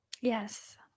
Yes